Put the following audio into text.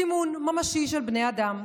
סימון ממשי של בני אדם,